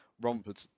Romford